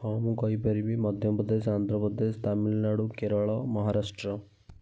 ହଁ ମୁଁ କହିପାରିବି ମଧ୍ୟପ୍ରଦେଶ ଆନ୍ଧ୍ରପ୍ରଦେଶ ତାମିଲନାଡ଼ୁ କେରଳ ମହାରାଷ୍ଟ୍ର